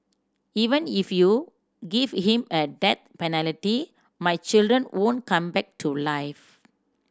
even if you give him a death my children won't come back to life